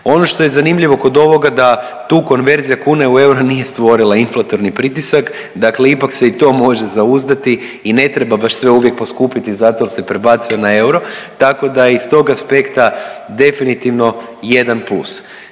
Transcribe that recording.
Ono što je zanimljivo kod ovoga da tu konverzija kune u eure nije stvorila inflatorni pritisak, dakle ipak se i to može zauzdati i ne treba baš sve uvijek poskupiti zato jer se prebacuje na euro, tako da iz tog aspekta definitivno jedan plus.